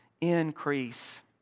increase